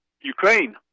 Ukraine